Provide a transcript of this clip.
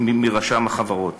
מרשם החברות.